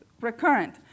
recurrent